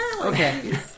Okay